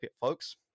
folks